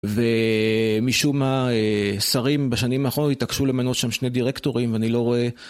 ומשום מה, שרים בשנים האחרונות התעקשו למנות שם שני דירקטורים ואני לא רואה...